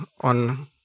on